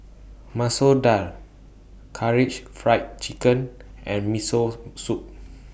Masoor Dal Karaage Fried Chicken and Miso Soup